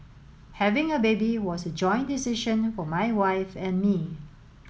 having a baby was a joint decision for my wife and me